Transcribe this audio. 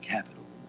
Capital